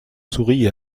sourit